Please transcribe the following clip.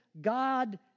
God